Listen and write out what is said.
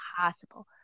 possible